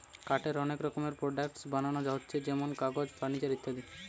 কাঠের অনেক রকমের প্রোডাক্টস বানানা হচ্ছে যেমন কাগজ, ফার্নিচার ইত্যাদি